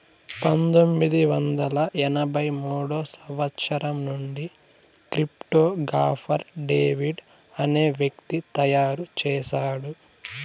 పంతొమ్మిది వందల ఎనభై మూడో సంవచ్చరం నుండి క్రిప్టో గాఫర్ డేవిడ్ అనే వ్యక్తి తయారు చేసాడు